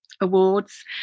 awards